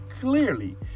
clearly